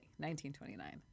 1929